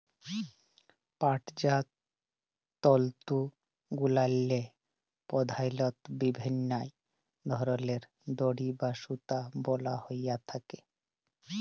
পাটজাত তলতুগুলাল্লে পধালত বিভিল্ল্য ধরলের দড়ি বা সুতা বলা হ্যঁয়ে থ্যাকে